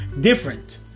different